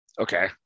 Okay